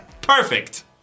Perfect